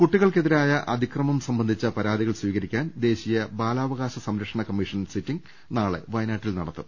കുട്ടികൾക്കെതിരായ അതിക്രമം സംബന്ധിച്ച പരാതികൾ സ്വീകരി ക്കാൻ ദേശീയ ബാലാവകാശ സംരക്ഷണ കമ്മിഷൻ സിറ്റിങ് നാളെ വയനാട്ടിൽ നടത്തും